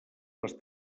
les